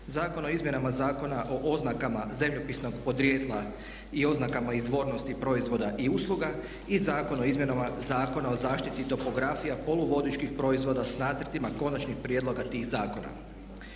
zakon o izmjenama Zakona o oznakama zemljopisnog podrijetla i oznakama izvornosti proizvoda i usluga i zakon o izmjenama Zakona o zaštiti topografija poluvodičkih proizvoda s nacrtima konačnih prijedloga tih zakona.